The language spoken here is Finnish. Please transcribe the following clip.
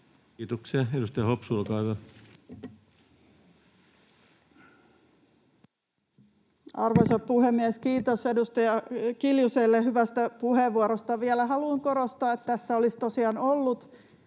muuttamisesta Time: 13:08 Content: Arvoisa puhemies! Kiitos edustaja Kiljuselle hyvästä puheenvuorosta. Vielä haluan korostaa, että tässä olisi tosiaan ollut